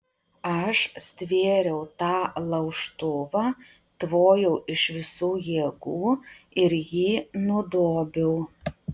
aš stvėriau tą laužtuvą tvojau iš visų jėgų ir jį nudobiau